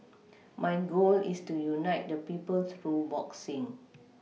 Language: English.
my goal is to unite the people through boxing